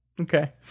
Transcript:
Okay